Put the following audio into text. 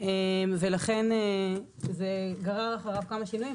ולכן זה גרר אחריו כמה שינויים.